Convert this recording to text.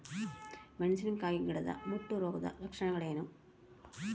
ಮೆಣಸಿನಕಾಯಿ ಗಿಡದ ಮುಟ್ಟು ರೋಗದ ಲಕ್ಷಣಗಳೇನು?